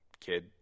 kid